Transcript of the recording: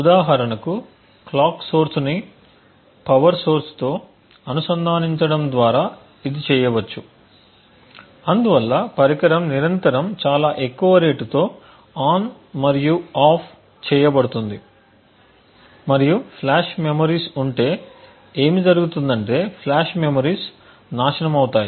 ఉదాహరణకు క్లాక్ సోర్స్ని పవర్ సోర్స్తో అనుసంధానించడం ద్వారా ఇది చేయవచ్చు అందువల్ల పరికరం నిరంతరం చాలా ఎక్కువ రేటుతో ఆన్ మరియు ఆఫ్ చేయబడుతుంది మరియు ఫ్లాష్ మెమోరీస్ ఉంటే ఏమి జరుగుతుంది అంటే ఫ్లాష్ మెమోరీస్ నాశనం అవుతాయి